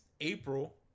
April